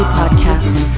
podcast